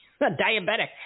diabetic